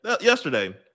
Yesterday